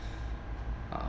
uh